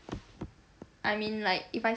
I mean like if I